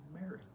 Mary